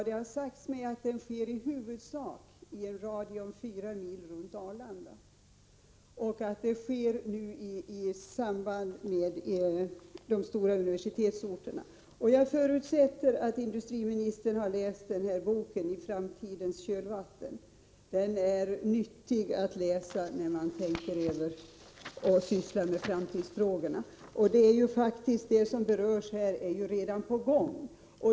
Det har sagts mig att den i huvudsak sker inom en radie av 4 mil runt Arlanda och dessutom omkring de stora universitetsorterna. Jag förutsätter att industriministern har läst boken I framtidens kölvatten. Den är nyttig att läsa när man arbetar med framtidsfrågorna. Det som berörs iden är faktiskt redan på gång.